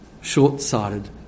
short-sighted